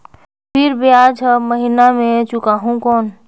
फिर ब्याज हर महीना मे चुकाहू कौन?